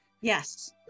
Yes